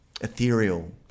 ethereal